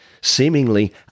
Seemingly